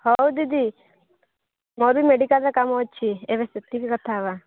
ହଉ ଦିଦି ମୋର ବି ମେଡ଼ିକାଲରେ କାମ ଅଛି ଏବେ ସେତିକି କଥା ହେବା